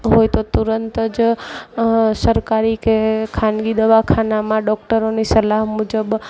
હોય તો તુરંત જ સરકારી કે ખાનગી દવાખાનામાં ડોક્ટરોની સલાહ મુજબ